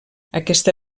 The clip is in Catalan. aquesta